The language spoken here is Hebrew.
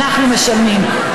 שאנחנו משלמים.